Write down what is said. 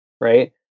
right